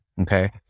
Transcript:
Okay